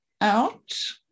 out